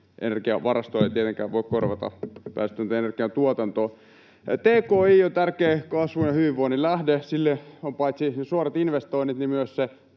Energiavarastoja ei tietenkään voi korvata, päästötöntä energiantuotantoa. Tki on tärkeä kasvun ja hyvinvoinnin lähde. Sille on paitsi suorat investoinnit myös se